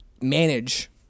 manage